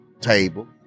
table